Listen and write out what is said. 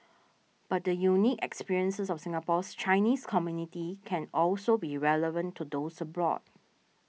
but the unique experiences of Singapore's Chinese community can also be relevant to those abroad